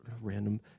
random